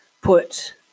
put